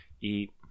eat